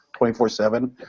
24-7